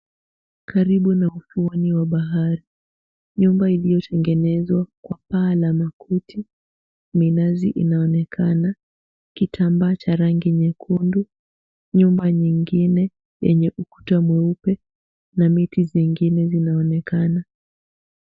Karibu na ufuoni wa bahari, nyumba iliyotengenezwa kwa paa la makuti, minazi inaonekana, kitambaa cha rangi nyekundu, nyuma nyingine yenye ukuta mweupe na miti zingine zinaonekana.